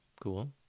Cool